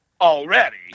Already